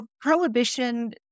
prohibition